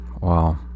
Wow